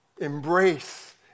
embrace